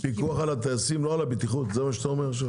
פיקוח על הטייסים ולא על הבטיחות זה מה שאתה אומר עכשיו?